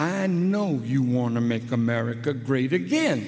i know you want to make america great again